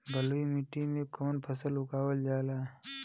बलुई मिट्टी में कवन फसल उगावल जाला?